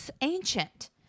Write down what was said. ancient